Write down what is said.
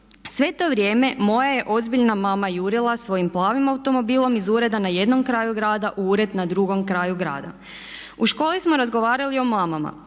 Sve to vrijeme moja je ozbiljna mama jurila svojim automobilom iz ureda na jednom kraju grada u ured na drugom kraju grada. U školi smo razgovarali o mamama.